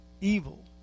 evil